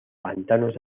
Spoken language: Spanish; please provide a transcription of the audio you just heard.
pantanos